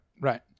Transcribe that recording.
right